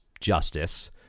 justice